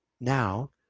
now